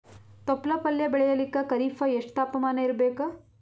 ತೊಪ್ಲ ಪಲ್ಯ ಬೆಳೆಯಲಿಕ ಖರೀಫ್ ಎಷ್ಟ ತಾಪಮಾನ ಇರಬೇಕು?